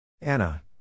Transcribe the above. Anna